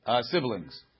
siblings